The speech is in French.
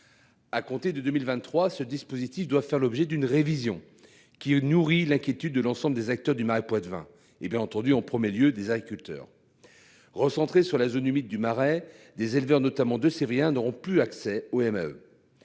À compter de 2023, ce dispositif doit faire l'objet d'une révision, qui nourrit l'inquiétude de l'ensemble des acteurs du Marais poitevin, et en premier lieu des agriculteurs. Recentrés sur la zone humide du Marais, des éleveurs, notamment deux-sévriens, n'auront plus accès aux